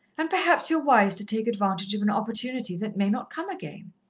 and perhaps you're wise to take advantage of an opportunity that may not come again!